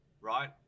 right